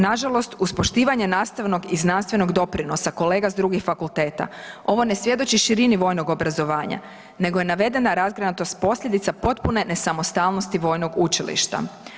Nažalost, uz poštivanje nastavnog i znanstvenog doprinosa kolega s drugih fakulteta ovo ne svjedoči širini vojnog obrazovanja nego je navedena razgranatost posljedica potpune nesamostalnosti vojnog učilišta.